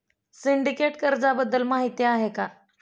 Syndicate कर्जाबद्दल माहिती आहे का?